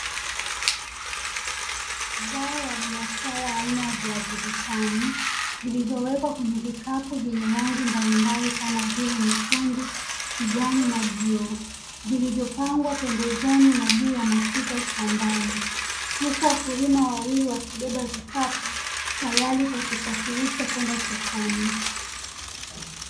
Zao la biashara aina ya viazi vitamu vilivyowekwa kwenye vikapu vyenye rangi mbali mbali kama vile nyekundu, kijani na bluu vilivyopangwa pembezoni na juu ya matuta shambani, huku wakulima wawili wakibeba vikapu tayari kwa kusafirisha kwenda sokoni.